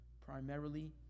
Primarily